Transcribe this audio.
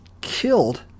killed